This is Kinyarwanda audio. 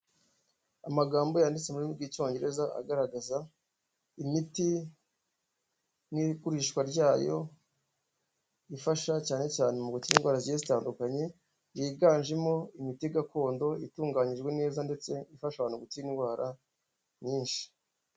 Amagambo yanditse mu rurimi rw'Icyongereza agaragaza imiti n'igurishwa ryayo ifasha cyane cyane mu gukira indwara zigiye zitandukanye yiganjemo imiti gakondo itunganyijwe neza ndetse ifasha abantu gukira indwara nyinshi.